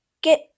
get